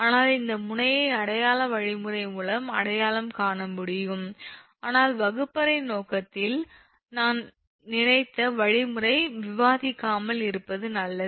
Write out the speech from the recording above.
ஆனால் இந்த முனையை அடையாள வழிமுறை மூலம் அடையாளம் காண முடியும் ஆனால் வகுப்பறை நோக்கத்தில் நான் நினைத்த வழிமுறை விவாதிக்காமல் இருப்பது நல்லது